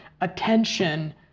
Attention